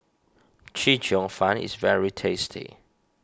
Chee Cheong Fun is very tasty